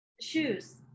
shoes